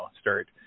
start